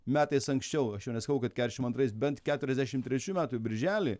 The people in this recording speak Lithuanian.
metais anksčiau aš jau nesakau kad ketšim antrais bent keturiasdešim trečių metų birželį